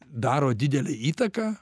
daro didelę įtaką